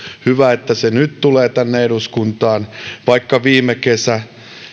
hyvä että se nyt tulee tänne eduskuntaan vaikka viime kesä